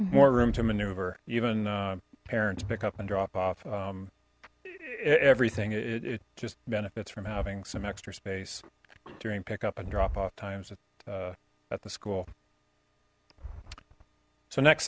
more room to maneuver even parents pick up and drop off everything it just benefits from having some extra space during pick up and drop off times at at the school so next